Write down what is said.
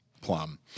Plum